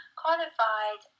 qualified